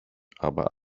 aber